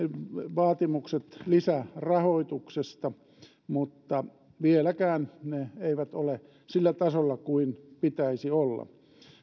vaatimukset lisärahoituksesta mutta vieläkään ne eivät ole sillä tasolla kuin pitäisi olla